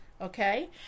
okay